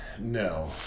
no